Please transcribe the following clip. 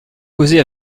causer